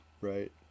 Right